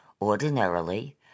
Ordinarily